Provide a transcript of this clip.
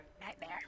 Nightmare